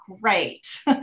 great